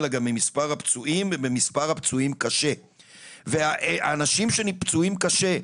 אלא גם במספר הפצועים ובמספר הפצועים קשה והאנשים שפצועים קשה,